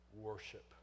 worship